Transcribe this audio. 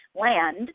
LAND